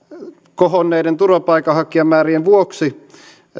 kohonneiden turvapaikanhakijamäärien vuoksi